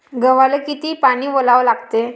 गव्हाले किती पानी वलवा लागते?